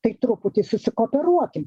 tai truputį susikooperuokim